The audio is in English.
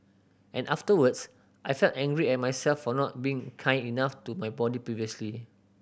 and afterwards I felt angry at myself for not being kind enough to my body previously